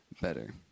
better